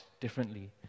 differently